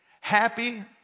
Happy